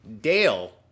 Dale